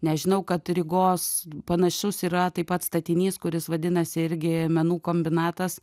nes žinau kad rygos panašus yra taip pat statinys kuris vadinasi irgi menų kombinatas